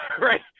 right